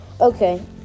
Okay